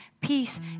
peace